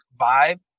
vibe